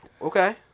Okay